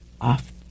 off